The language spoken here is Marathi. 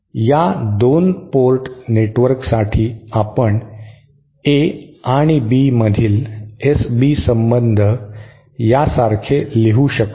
या 2 पोर्ट नेटवर्कसाठी आपण A आणि B मधील S B संबंध यासारखे लिहू शकतो